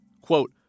Quote